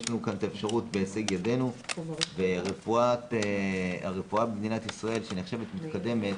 יש לנו כאן את האפשרות בהישג ידנו והרפואה במדינת ישראל שנחשבת למתקדמת,